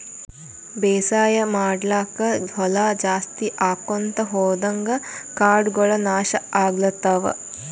ಬೇಸಾಯ್ ಮಾಡ್ಲಾಕ್ಕ್ ಹೊಲಾ ಜಾಸ್ತಿ ಆಕೊಂತ್ ಹೊದಂಗ್ ಕಾಡಗೋಳ್ ನಾಶ್ ಆಗ್ಲತವ್